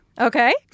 Okay